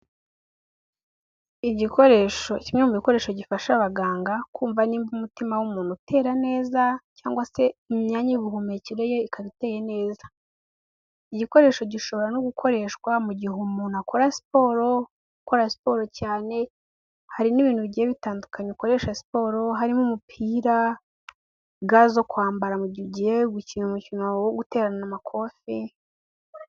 Igikoresho kimwe mu bikoresho gifasha abaganga kumva nimba umutima w'umuntu utera neza cyangwa se imyanya y'ubuhumekero ye ikaba iteye neza, igikoresho gishobora no gukoreshwa mu gihe umuntu akora siporo, ukora siporo cyane, hari n'ibintu bigiye bitandukanye ukoresha siporo harimo umupira, ga zo kwambara mu gihe ugiye gukina umukino wawe wo guterana amakofe.